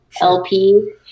LP